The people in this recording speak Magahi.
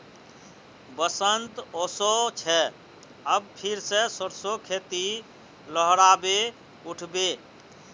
बसंत ओशो छे अब फिर से सरसो खेती लहराबे उठ बे